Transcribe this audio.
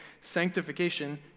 sanctification